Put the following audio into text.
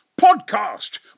Podcast